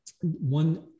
One